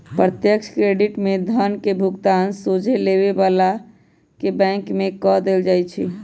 प्रत्यक्ष क्रेडिट में धन के भुगतान सोझे लेबे बला के बैंक में कऽ देल जाइ छइ